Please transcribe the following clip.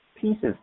pieces